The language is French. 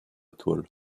toile